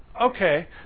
Okay